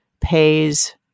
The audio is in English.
pays